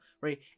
right